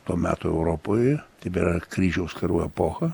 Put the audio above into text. to meto europoj tebėra kryžiaus karų epocha